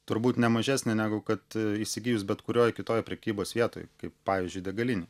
turbūt ne mažesnė negu kad įsigijus bet kurioj kitoj prekybos vietoj kaip pavyzdžiui degalinėj